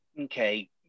Okay